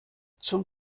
zum